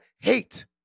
hate